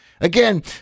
Again